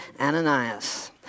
Ananias